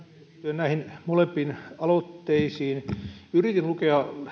näihin molempiin aloitteisiin yritin lukea